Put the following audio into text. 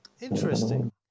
Interesting